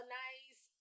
nice